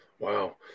wow